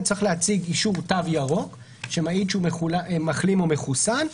צריך להציג אישור תו ירוק שמעיד על כך שהוא מחלים או מחוסן,